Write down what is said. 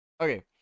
okay